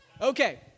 Okay